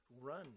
Run